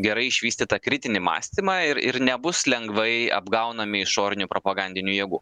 gerai išvystytą kritinį mąstymą ir ir nebus lengvai apgaunami išorinių propagandinių jėgų